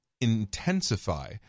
intensify